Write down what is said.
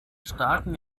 starken